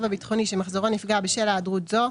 הביטחוני שמחזורו נפגע בשל היעדרות זו,